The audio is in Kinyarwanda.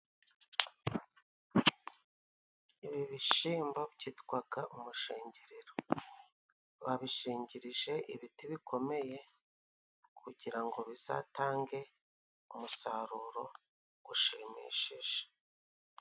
Ibi bishimbo byitwaga umushingiriro. Babishingirije ibiti bikomeye kugira ngo bizatange umusaruro gushimishije.